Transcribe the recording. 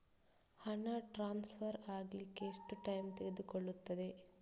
ಹಣ ಟ್ರಾನ್ಸ್ಫರ್ ಅಗ್ಲಿಕ್ಕೆ ಎಷ್ಟು ಟೈಮ್ ತೆಗೆದುಕೊಳ್ಳುತ್ತದೆ?